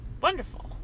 wonderful